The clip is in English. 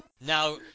Now